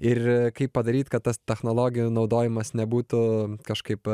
ir kaip padaryt kad tas technologijų naudojimas nebūtų kažkaip